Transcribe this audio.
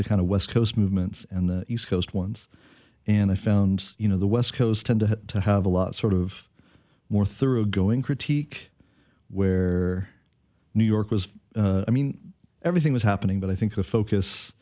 the kind of west coast move and the east coast ones and i found you know the west coast tend to have a lot sort of more thoroughgoing critique where new york was i mean everything was happening but i think the focus